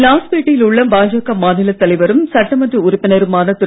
லாஸ்பேட்டையில் உள்ள பாஜக மாநிலத் தலைவரும் சட்டமன்ற உறுப்பினருமான திரு